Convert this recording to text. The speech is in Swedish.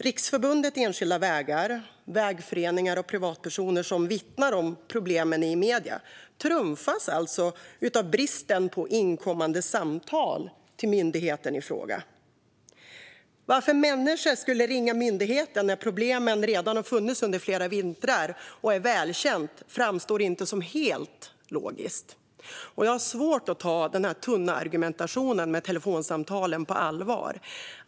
Riksförbundet Enskilda Vägar, vägföreningar och privatpersoner som vittnar om problemen i medierna trumfas alltså av bristen på inkommande samtal till myndigheten i fråga. Att människor skulle ringa myndigheten när problemet har funnits under flera vintrar och är välkänt framstår inte som helt logiskt. Och jag har svårt att ta den tunna argumentationen om telefonsamtalen på allvar.